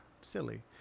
silly